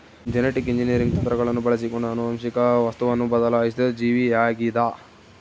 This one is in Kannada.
ಜೆನೆಟಿಕ್ ಇಂಜಿನಿಯರಿಂಗ್ ತಂತ್ರಗಳನ್ನು ಬಳಸಿಕೊಂಡು ಆನುವಂಶಿಕ ವಸ್ತುವನ್ನು ಬದಲಾಯಿಸಿದ ಜೀವಿಯಾಗಿದ